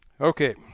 Okay